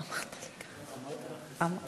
גברתי היושבת-ראש, אדוני